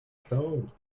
stoned